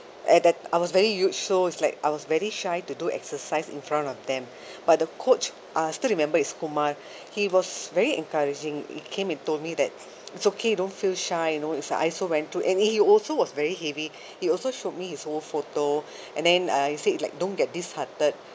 at that I was very huge so it's like I was very shy to do exercise in front of them but the coach uh I still remember it's kumar he was very encouraging he came and told me that it's okay to feel shy you know he said I also went through and he also was very heavy he also showed me his old photo and then uh he said like don't get disheartened